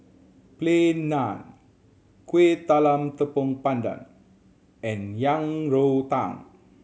Plain Naan Kueh Talam Tepong Pandan and Yang Rou Tang